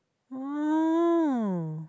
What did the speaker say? oh